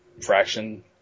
Fraction